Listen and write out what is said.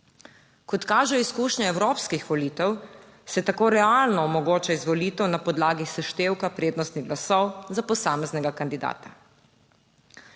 Kot kažejo izkušnje evropskih volitev, se tako realno omogoča izvolitev na podlagi seštevka prednostnih glasov za posameznega kandidata.